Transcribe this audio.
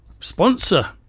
sponsor